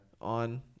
On